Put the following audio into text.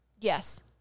Yes